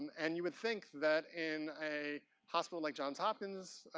and you would think that in a hospital like johns hopkins,